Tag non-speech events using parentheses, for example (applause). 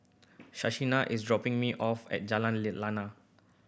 Shaina is dropping me off at Jalan (unintelligible) Lana